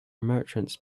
merchants